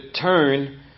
turn